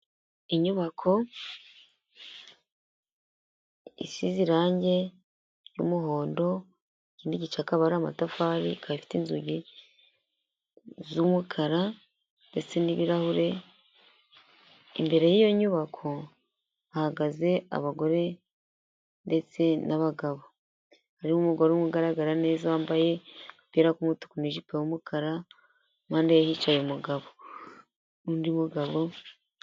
Inyubako isize irangi ry'umuhondo ikindi gice akaba ari amatafari, ikaba ifite inzugi z'umukara ndetse n'ibirahure, imbere y'iyo nyubako hahagaze abagore ndetse n'abagabo, hariho umugore umwe ugaragara neza, wambaye agapira k'umutuku n'ijipo y'umukara, impande ye hicaye umugabo, undi mugabo.